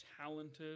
talented